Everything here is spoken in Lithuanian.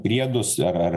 priedus ar ar